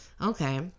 okay